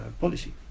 policy